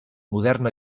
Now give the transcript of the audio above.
modern